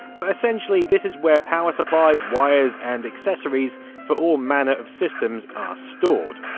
but essentially, this is where power supplies, wires and accessories for all manner of systems are stored.